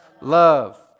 Love